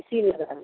ᱤᱥᱤᱱ ᱚᱻ